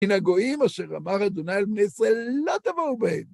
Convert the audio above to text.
מן הגוים אשר אמר ה' על בני ישראל לא תבואו בהם.